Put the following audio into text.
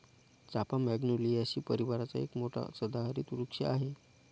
चाफा मॅग्नोलियासी परिवाराचा एक मोठा सदाहरित वृक्ष आहे